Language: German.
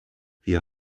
wir